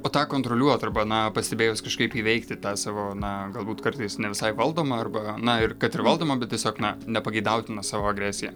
o tą kontroliuot arba na pastebėjus kažkaip įveikti tą savo na galbūt kartais ne visai valdomą arba na ir kad ir valdomą bet tiesiog na nepageidautiną savo agresiją